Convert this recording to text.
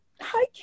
hi